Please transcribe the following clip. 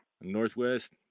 Northwest